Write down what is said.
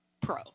pro